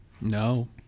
no